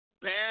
bad